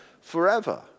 forever